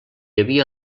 havia